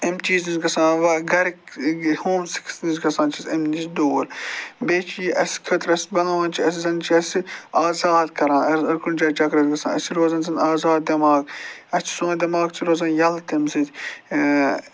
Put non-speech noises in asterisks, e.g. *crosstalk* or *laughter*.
اَمہِ چیٖزٕچ گژھان گَرٕ ہوم *unintelligible* نِش چھِ گژھان چھِ أسۍ اَمہِ نِش دوٗر بیٚیہِ چھِ یہِ اَسہِ خٲطرٕ بناوان چھِ أسۍ زَنہٕ چھِ یہِ اَسہِ آزاد کران اَگر کُنہِ جایہِ چَکرَس گژھَو اَسہِ روزان زَنہٕ آزاد دٮ۪ماغ اَسہِ چھِ سون دٮ۪ماغ چھِ روزان ییٚلہٕ تَمہِ سۭتۍ